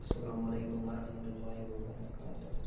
السلام علیکم ورحمتہ اللہِ وبرَکاتہوٗ